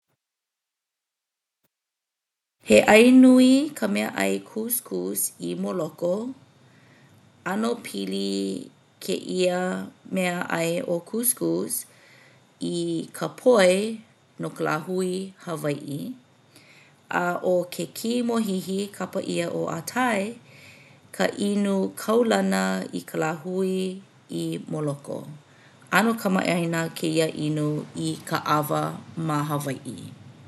He ʻai nui ka meaʻai couscous i Moloko. ʻAno pili kēia meaʻai ʻo couscous i ka poi no ka lāhui Hawaiʻi. A ʻo ke kī mōhihi kapa ʻia ʻo atay ka inu kaulana i ka lāhui i Moloko. ʻAno kamaʻāina kēia inu i ka ʻawa ma Hawaiʻi.